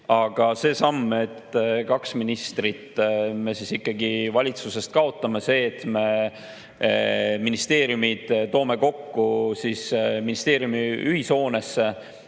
Ent see samm, et me kaks ministrit ikkagi valitsusest kaotame, see, et me ministeeriumid toome kokku ministeeriumide ühishoonesse,